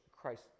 christ